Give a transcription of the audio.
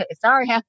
Sorry